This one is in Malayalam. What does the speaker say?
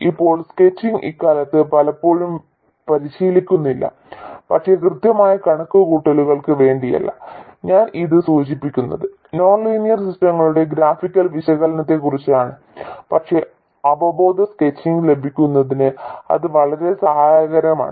ഇപ്പോൾ സ്കെച്ചിംഗ് ഇക്കാലത്ത് പലപ്പോഴും പരിശീലിക്കുന്നില്ല പക്ഷേ കൃത്യമായ കണക്കുകൂട്ടലുകൾക്ക് വേണ്ടിയല്ല ഞാൻ ഇത് സൂചിപ്പിച്ചത് നോൺ ലീനിയർ സിസ്റ്റങ്ങളുടെ ഗ്രാഫിക്കൽ വിശകലനത്തെക്കുറിച്ചാണ് പക്ഷേ അവബോധ സ്കെച്ചിംഗ് ലഭിക്കുന്നതിന് അത് വളരെ സഹായകരമാണ്